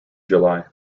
july